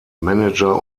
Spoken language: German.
manager